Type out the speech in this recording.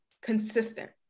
consistent